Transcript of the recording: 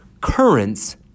Currents